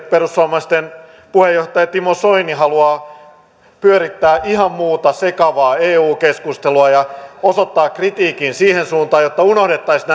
perussuomalaisten puheenjohtaja timo soini haluaa pyörittää ihan muuta sekavaa eu keskustelua ja osoittaa kritiikin siihen suuntaan jotta unohdettaisiin